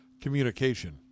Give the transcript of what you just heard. communication